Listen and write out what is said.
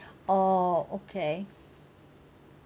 oh okay